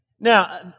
Now